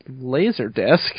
Laserdisc